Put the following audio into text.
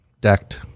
decked